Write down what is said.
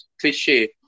cliche